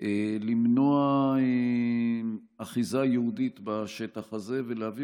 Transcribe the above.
למנוע אחיזה יהודית בשטח הזה ולהביא